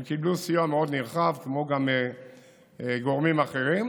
הם קיבלו סיוע מאוד נרחב, כמו גם גורמים אחרים.